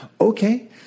Okay